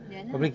ya lah